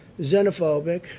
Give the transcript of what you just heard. xenophobic